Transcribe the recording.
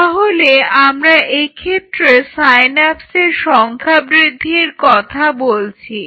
তাহলে আমরা এক্ষেত্রে সাইনাসের সংখ্যা বৃদ্ধির কথা বলছি